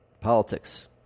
Politics